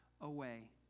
away